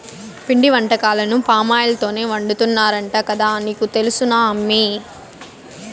పిండి వంటకాలను పామాయిల్ తోనే వండుతున్నారంట కదా నీకు తెలుసునా అమ్మీ